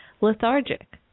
lethargic